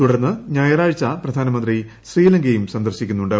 തുടർന്ന് ഞായറാഴ്ച പ്രധാനമന്ത്രി ശ്രീല്ക്യും സന്ദർശിക്കുന്നുണ്ട്